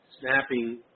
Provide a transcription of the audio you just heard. snapping